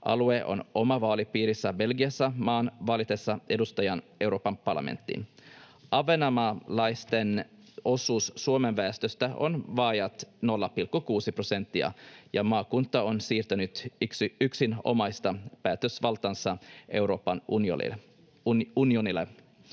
Alue on oma vaalipiirinsä Belgiassa maan valitessa edustajiaan Euroopan parlamenttiin. Ahvenanmaalaisten osuus Suomen väestöstä on vajaat 0,6 prosenttia, ja maakunta on siirtänyt yksinomaista päätösvaltaansa Euroopan unionille.